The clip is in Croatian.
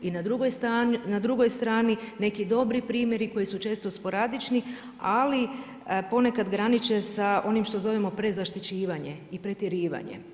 I na drugoj strani neki dobri primjeri koji su često sporadični ali ponekad graniče sa onim što zovemo pred zaštićivanje i pretjerivanje.